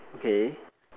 okay